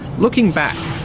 looking back,